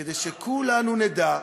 כדי שכולנו נדע,